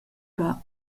bab